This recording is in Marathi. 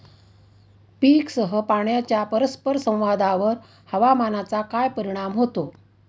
पीकसह पाण्याच्या परस्पर संवादावर हवामानाचा काय परिणाम होतो?